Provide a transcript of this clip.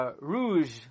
rouge